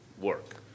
work